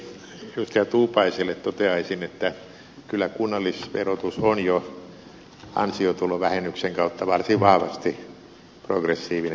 edustaja tuupaiselle toteaisin että kyllä kunnallisverotus on jo ansiotulovähennyksen kautta varsin vahvasti progressiivinen